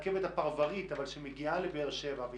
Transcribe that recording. הפרברית שמגיעה לבאר שבע אבל